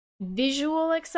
visual